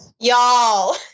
Y'all